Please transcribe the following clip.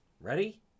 Ready